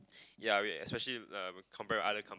ya wait especially uh we compare with other com~